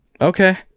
Okay